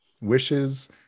wishes